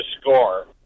Score